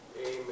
Amen